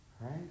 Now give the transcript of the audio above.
right